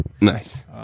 Nice